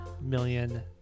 million